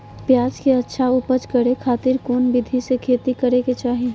प्याज के अच्छा उपज करे खातिर कौन विधि से खेती करे के चाही?